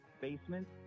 basement